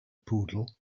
poodle